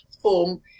form